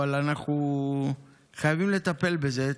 אבל אנחנו חייבים לטפל בזה.